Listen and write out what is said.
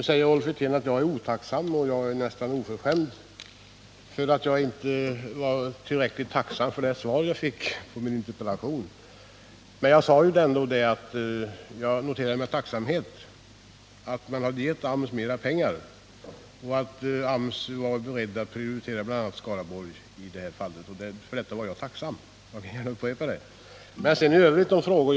Herr talman! Rolf Wirtén säger att jag inte är tillräckligt tacksam för det svar jag fått på min interpellation och att jag nästan var oförskämd i min otacksamhet. Men jag noterade nu ändå med tacksamhet att AMS har fått mera pengar och att AMS är beredd att prioritera bl.a. Skaraborgs län. Jag kan gärna upprepa att jag är tacksam för det.